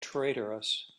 traitorous